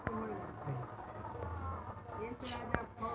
आम कईसे पकईछी?